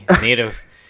native